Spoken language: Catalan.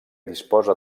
disposa